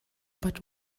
but